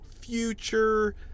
Future